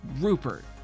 rupert